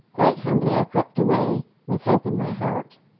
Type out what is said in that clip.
quite humbly i crept away, with hope in my heart.